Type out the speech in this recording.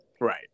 Right